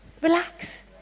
Relax